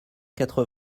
quatre